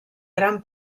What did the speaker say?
gran